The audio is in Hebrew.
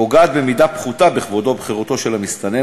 פוגעת במידה פחותה בכבודו ובחירותו של המסתנן